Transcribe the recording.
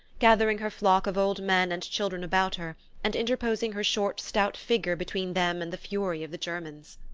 gathering her flock of old men and children about her and interposing her short stout figure between them and the fury of the germans.